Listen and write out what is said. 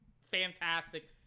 fantastic